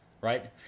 Right